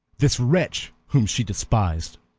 this wretch, whom she despised.